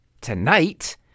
tonight